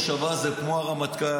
ראש השב"ס זה כמו הרמטכ"ל,